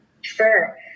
Sure